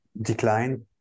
decline